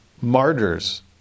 martyrs